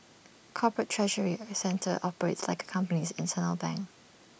corporate treasury centres operate like A company's internal bank